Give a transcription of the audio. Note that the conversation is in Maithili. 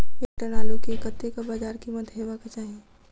एक टन आलु केँ कतेक बजार कीमत हेबाक चाहि?